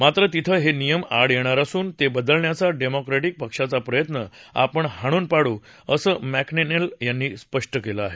मात्र तिथं हे नियम आड येणार असून ते बदलण्याचा डेमोक्रंडिक पक्षाचा प्रयत्न आपण हाणून पाडू असं मेक्क्रींल यांनी स्पष्टपणे सांगितलं आहे